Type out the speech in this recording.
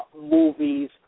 movies